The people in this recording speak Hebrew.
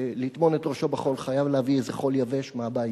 לטמון את ראשו בחול, חייב להביא חול יבש מהבית.